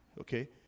Okay